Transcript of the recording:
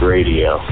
Radio